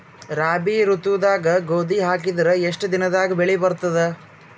ರಾಬಿ ಋತುದಾಗ ಗೋಧಿ ಹಾಕಿದರ ಎಷ್ಟ ದಿನದಾಗ ಬೆಳಿ ಬರತದ?